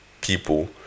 people